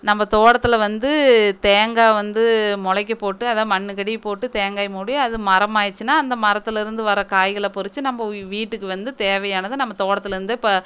நம்ம தோட்டத்தில் வந்து தேங்காய வந்து முளைக்க போட்டு அதுதான் மண்ணுக்கடி போட்டு தேங்காய் மூடி அது மரம் ஆயிடுச்சின்னால் அந்த மரத்திலேருந்து வர காய்களை பறித்து நம்ம வீட்டுக்கு வந்து தேவையானதை நம்ம தோட்டத்திலேருந்தே ப